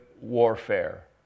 warfare